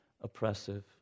oppressive